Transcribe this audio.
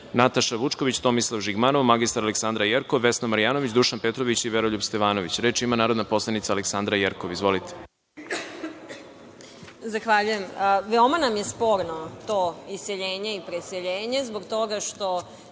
Nataša Vučković, Tomislav Žigmanov, mr Aleksandra Jerkov, Vesna Marjanović, Dušan Petrović i Veroljub Stevanović. Reč ima narodna poslanica Aleksandra Jerkov. Izvolite. **Aleksandra Jerkov** Zahvaljujem. Veoma nam je sporno to iseljenje i preseljenje zbog toga što